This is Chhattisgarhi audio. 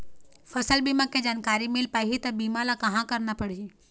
फसल बीमा के जानकारी मिल पाही ता बीमा ला कहां करना पढ़ी?